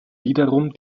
wiederum